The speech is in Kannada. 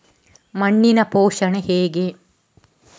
ಮಣ್ಣಿನ ಪೋಷಣೆ ಹೇಗೆ?